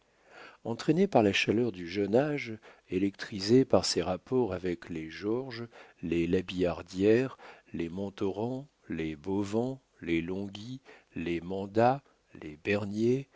entraîné par la chaleur du jeune âge électrisé par ses rapports avec les georges les la billardière les montauran les bauvan les longuy les manda les bernier